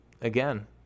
again